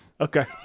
Okay